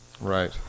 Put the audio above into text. Right